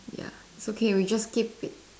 ya it's okay we just keep it